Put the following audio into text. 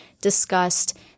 discussed